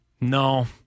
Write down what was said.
No